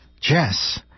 Jess